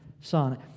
son